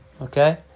okay